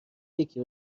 یکی